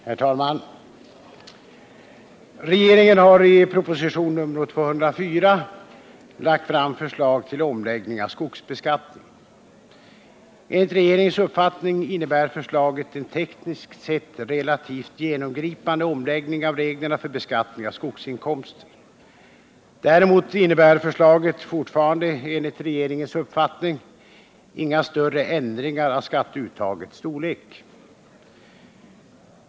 Herr talman! Regeringen har i proposition nr 204 lagt fram förslag till omläggning av skogsbeskattningen. Enligt regeringens uppfattning innebär förslaget en tekniskt sett relativt genomgripande omläggning av reglerna för beskattning av skogsinkomster. Däremot innebär förslaget — fortfarande enligt regeringens uppfattning — inga större ändringar av skatteuttagets storlek.